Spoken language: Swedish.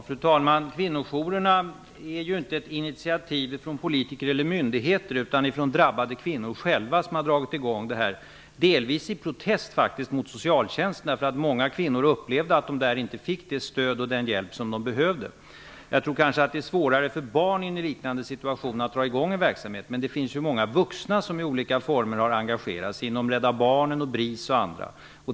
Fru talman! Kvinnojourerna är ju inte ett initiativ från politiker eller myndigheter, utan det är de drabbade kvinnorna själva som har dragit i gång verksamheten -- delvis, faktiskt, i protest mot socialtjänsten, eftersom många kvinnor upplevde att de från socialtjänsten inte fick det stöd och den hjälp som de behövde. Jag tror kanske att det är svårare för barn i en liknande situation att dra i gång en sådan verksamhet, men det finns ju många vuxna som i olika former har engagerat sig inom bl.a. Rädda barnen och BRIS.